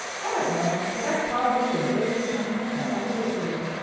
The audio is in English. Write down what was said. i don't know but that's probably the vaguest compliment i ever received.